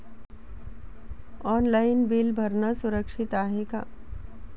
Online bill भरनं सुरक्षित हाय का?